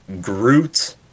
Groot